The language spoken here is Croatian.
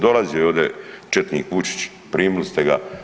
Dolazio je ovdje četnik Vučić, primili ste ga.